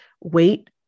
wait